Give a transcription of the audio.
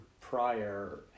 prior